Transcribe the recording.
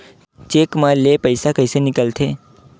Cheque म ले पईसा कइसे निकलथे?